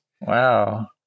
Wow